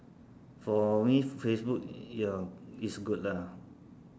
for me Facebook ya is good lah